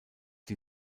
die